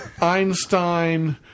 Einstein